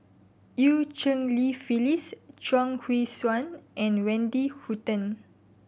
Eu Cheng Li Phyllis Chuang Hui Tsuan and Wendy Hutton